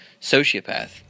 sociopath